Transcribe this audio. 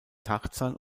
tarzan